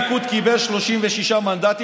הליכוד קיבל 36 מנדטים,